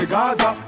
Gaza